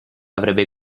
avrebbe